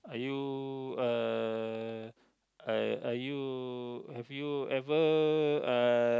are you uh are are you have you ever uh